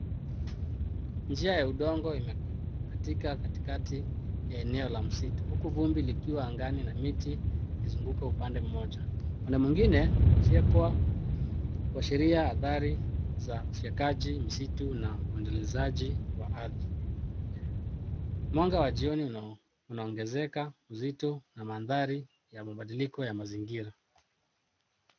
Njia ya udongo imekatika katikati ya eneo la msitu huku vumbi likiwa angani na miti ikizunguka upande mmoja. Upande mwingine, imefyekwa kuashiria athari za ufyekaji misitu na uendelezaji wa ardhi. Mwanga wa jioni unaongezeka uzito na mandhari ya mabadiliko ya mazingira.